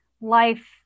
life